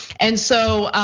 and so,